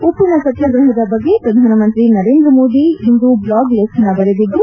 ಉಪ್ಪಿನ ಸತ್ಪಾರ್ಪದ ಬಗ್ಗೆ ಪ್ರಧಾನಮಂತ್ರಿ ನರೇಂದ್ರ ಮೋದಿ ಇಂದು ಬ್ಲಾಗ್ ಲೇಖನ ಬರೆದಿದ್ದು